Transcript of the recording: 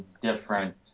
different